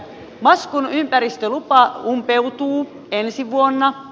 maskun ympäristölupa umpeutuu ensi vuonna